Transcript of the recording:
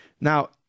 Now